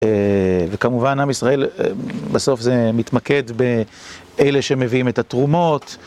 וכמובן עם ישראל בסוף זה מתמקד באלה שמביאים את התרומות